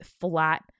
flat